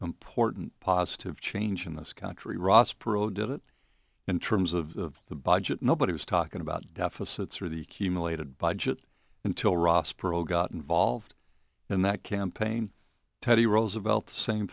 important positive change in this country ross perot did it in terms of the budget nobody was talking about deficits are the cumulated budget until ross perot got involved in that campaign teddy roosevelt